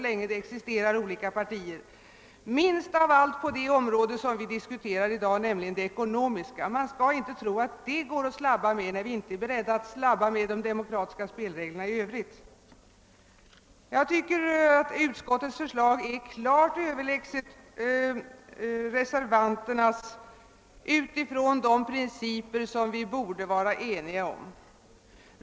Minst av allt får man tro att man får slabba på det område som vi diskuterar i dag, nämligen det ekonomiska, när vi inte tillåter att man slabbar med de demokratiska spelreglerna i övrigt. Jag tycker att utskottets förslag är klart överlägset reservanternas med hänsyn till de principer som vi borde vara eniga om.